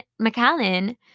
McAllen